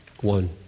One